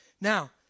Now